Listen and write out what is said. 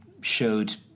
Showed